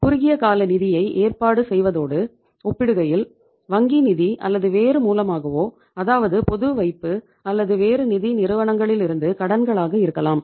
குறுகிய கால நிதியை ஏற்பாடு செய்வதோடு ஒப்பிடுகையில் வங்கி நிதி அல்லது வேறு மூலமாகவோ அதாவது பொது வைப்பு அல்லது வேறு நிதி நிறுவனங்களிலிருந்து கடன்களாக இருக்கலாம்